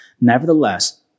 nevertheless